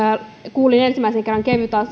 kuulin ensimmäisen kerran